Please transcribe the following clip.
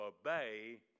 obey